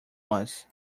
was